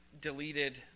deleted